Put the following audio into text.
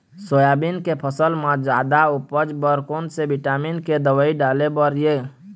Soybean के फसल म जादा उपज बर कोन से विटामिन के दवई डाले बर ये?